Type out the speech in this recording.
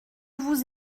vous